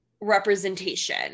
representation